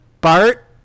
Bart